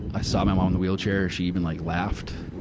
i saw my mom in the wheelchair she even like laughed.